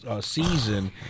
season